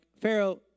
Pharaoh